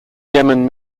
yemen